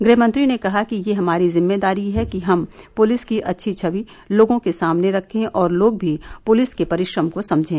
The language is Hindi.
गृह मंत्री ने कहा कि यह हमारी जिम्मेदारी है कि हम पुलिस की अच्छी छवि लोगों के सामने रखें और लोग भी पुलिस के परिश्रम को समझें